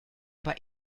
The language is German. aber